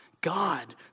God